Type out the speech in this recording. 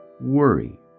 worry